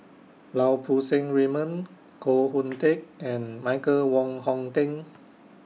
Lau Poo Seng Raymond Koh Hoon Teck and Michael Wong Hong Teng